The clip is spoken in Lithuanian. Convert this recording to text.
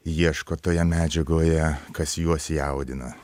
ieško toje medžiagoje kas juos jaudina